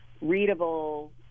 readable